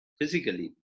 physically